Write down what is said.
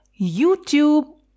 YouTube